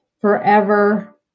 forever